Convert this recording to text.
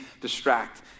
distract